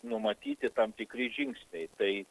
numatyti tam tikri žingsniai tai